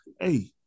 Hey